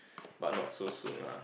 but not so soon ah